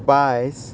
पायस